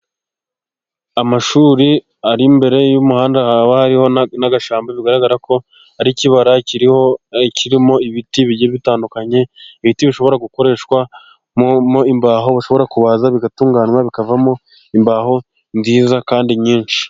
Amashuri ari imbere y'umuhanda, haba hariho n'agashyamba bigaragara ko ari ikibara kirimo ibiti bitandukanye, ibiti bishobora gukoreshwa mo imbaho, bishobora kuza bigatunganywa, bikavamo imbaho nziza kandi nyinshi.